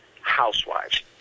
housewives